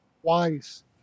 twice